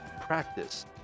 practice